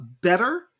better